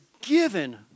given